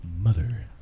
Mother